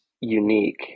unique